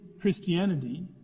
Christianity